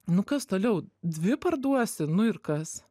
nu kas toliau dvi parduosi nu ir kas